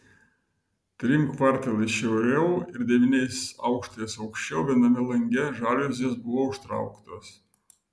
trim kvartalais šiauriau ir devyniais aukštais aukščiau viename lange žaliuzės buvo užtrauktos